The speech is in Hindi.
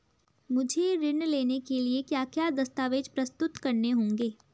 मुझे ऋण लेने के लिए क्या क्या दस्तावेज़ प्रस्तुत करने होंगे?